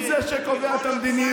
הוא זה שקובע את המדיניות.